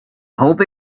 hope